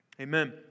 Amen